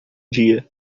dia